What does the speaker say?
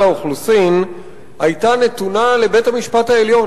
האוכלוסין היתה נתונה לבית-המשפט העליון.